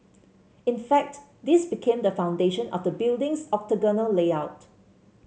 in fact this became the foundation of the building's octagonal layout